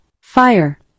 Fire